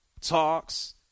talks